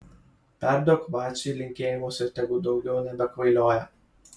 perduok vaciui linkėjimus ir tegu daugiau nebekvailioja